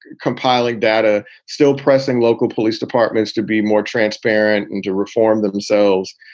compiling data, still pressing local police departments to be more transparent and to reform themselves.